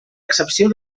excepció